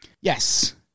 Yes